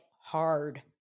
hard